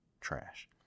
trash